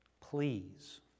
please